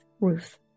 Ruth